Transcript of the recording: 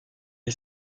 est